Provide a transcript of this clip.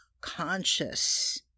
conscious